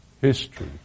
history